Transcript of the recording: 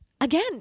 Again